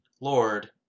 Lord